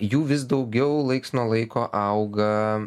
jų vis daugiau laiks nuo laiko auga